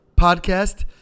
podcast